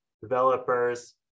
developers